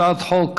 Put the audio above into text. הצעת חוק